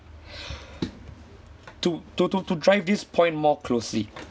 to to to to drive this point more closely